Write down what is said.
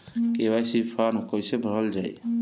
KYC form कइसे भरल जाइ?